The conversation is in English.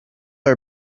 are